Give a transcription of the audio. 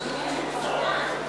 בקריאה טרומית.